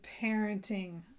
parenting